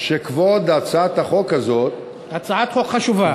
שכבוד הצעת החוק הזאת, הצעת חוק חשובה.